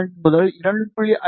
2 முதல் 2